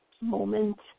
moment